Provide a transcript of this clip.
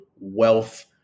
wealth